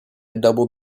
double